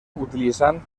utilitzant